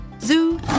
Zoo